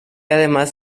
además